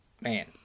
Man